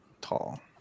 tall